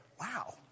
Wow